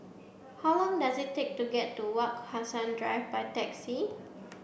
how long does it take to get to Wak Hassan Drive by taxi